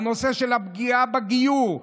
הנושא של פגיעה בגיור,